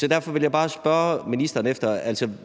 Derfor vil jeg bare spørge ministeren: Er